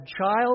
Child